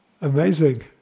Amazing